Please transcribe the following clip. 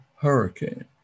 Hurricane